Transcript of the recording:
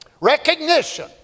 Recognition